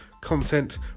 content